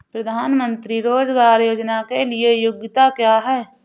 प्रधानमंत्री रोज़गार योजना के लिए योग्यता क्या है?